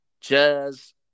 Jazz